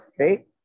Okay